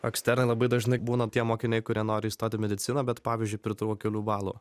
eksternai labai dažnai būna tie mokiniai kurie nori įstot į mediciną bet pavyzdžiui pritrūko kelių balų